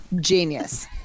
Genius